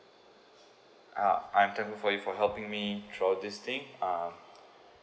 uh I'm thankful for you for helping me throughout this thing uh